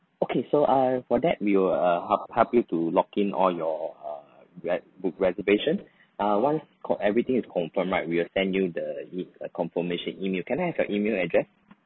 okay so uh for that we will uh help help you to lock in all your err re~ book reservation ah once con~ everything is confirmed right we will send you the e~ uh confirmation email can I have your email address